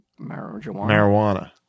Marijuana